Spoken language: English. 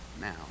now